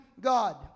God